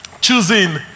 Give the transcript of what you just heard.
choosing